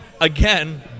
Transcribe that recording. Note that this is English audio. Again